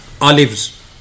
Olives